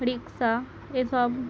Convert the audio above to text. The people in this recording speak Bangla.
রিকশা এসব